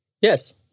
Yes